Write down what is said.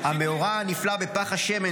המאורע הנפלא בפך השמן,